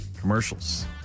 Commercials